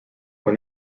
when